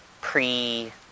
pre